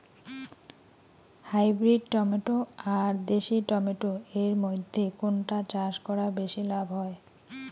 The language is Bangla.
হাইব্রিড টমেটো আর দেশি টমেটো এর মইধ্যে কোনটা চাষ করা বেশি লাভ হয়?